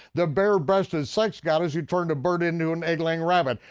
the bare-breasted sex goddess who turned a bird into an egg-laying rabbit,